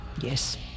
Yes